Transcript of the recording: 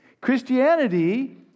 Christianity